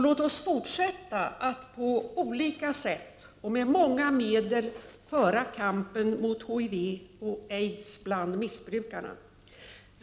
Låt oss fortsätta att på olika sätt och med många medel föra kampen mot HIV och aids bland missbrukarna.